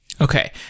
Okay